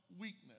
weakness